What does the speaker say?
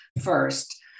first